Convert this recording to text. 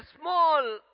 small